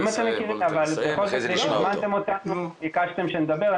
אם אתה מכיר אבל בכל זאת מכיוון שהזמנתם אותנו וביקשתם שנדבר,